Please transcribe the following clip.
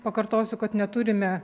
pakartosiu kad neturime